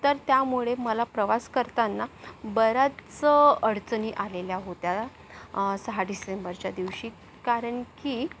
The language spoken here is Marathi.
तर त्यामुळे मला प्रवास करताना बऱ्याच अडचणी आलेल्या होत्या सहा डिसेंबरच्या दिवशी कारण की